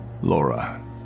Laura